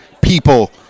people